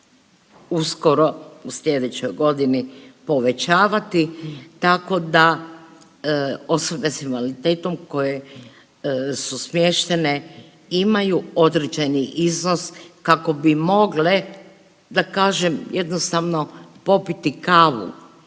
uskoro u slijedećoj godini povećavati tako da osobe s invaliditetom koje su smještene imaju određeni iznos kako bi mogle da kažem jednostavno popiti kavu